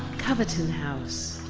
covetton house.